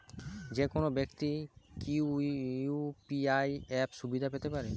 যেকোনো ব্যাক্তি কি ইউ.পি.আই অ্যাপ সুবিধা পেতে পারে?